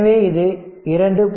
எனவே இது 252